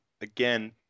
Again